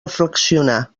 reflexionar